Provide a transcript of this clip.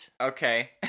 Okay